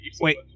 Wait